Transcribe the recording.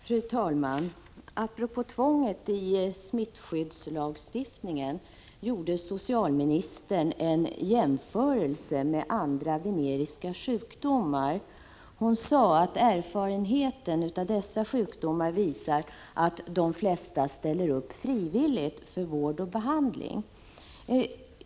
Fru talman! Apropå tvånget i smittskyddslagstiftningen gjorde socialministern en jämförelse med andra veneriska sjukdomar. Ja, hon sade att erfarenheter av dessa sjukdomar visar att de flesta ställer upp frivilligt för vård och behandling.